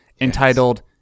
entitled